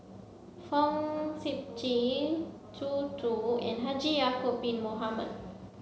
Fong Sip Chee Zhu Zu and Haji Ya'acob Bin Mohamed